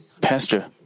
pastor